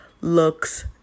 looks